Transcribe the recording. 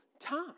time